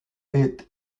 est